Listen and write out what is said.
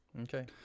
Okay